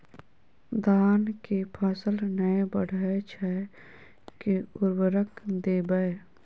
धान कऽ फसल नै बढ़य छै केँ उर्वरक देबै?